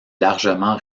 largement